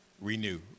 Renew